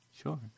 Sure